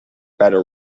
better